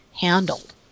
handled